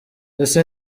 ese